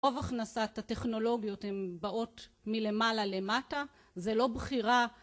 רוב הכנסת הטכנולוגיות הן באות מלמעלה למטה, זה לא בחירה